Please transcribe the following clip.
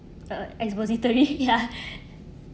uh expository ya